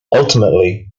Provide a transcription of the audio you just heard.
ultimately